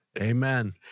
Amen